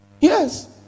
Yes